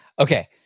Okay